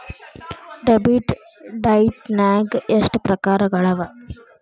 Debit ಡೈಟ್ನ್ಯಾಗ್ ಎಷ್ಟ್ ಪ್ರಕಾರಗಳವ?